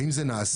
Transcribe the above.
האם זה נעשה?